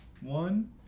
one